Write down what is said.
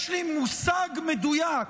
יש לי מושג מדויק